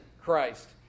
Christ